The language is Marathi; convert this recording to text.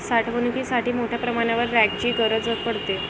साठवणुकीसाठी मोठ्या प्रमाणावर रॅकची गरज पडते